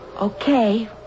Okay